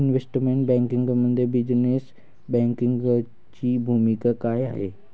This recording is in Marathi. इन्व्हेस्टमेंट बँकिंगमध्ये बिझनेस बँकिंगची भूमिका काय आहे?